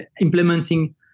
implementing